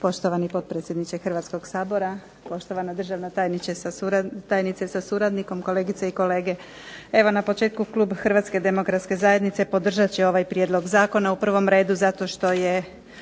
Poštovani potpredsjedniče Hrvatskoga sabora, poštovana državna tajnice sa suradnikom, kolegice i kolege. Evo na početku Klub Hrvatske demokratske zajednice podržat će ovaj prijedlog zakona u prvom redu zato što je